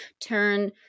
turn